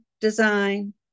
design